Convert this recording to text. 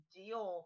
deal